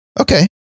okay